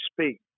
speak